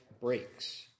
breaks